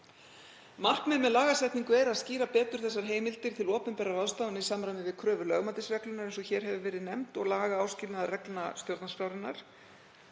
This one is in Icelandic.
Markmið með lagasetningu er að skýra betur heimildir til opinberra ráðstafana í samræmi við kröfur lögmætisreglunnar, eins og hér hefur verið nefnd, og lagaáskilnaðarreglna stjórnarskrárinnar.